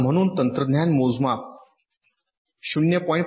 आता म्हणून तंत्रज्ञान मोजमाप 0